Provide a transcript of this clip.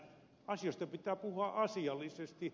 asioista pitää puhua asiallisesti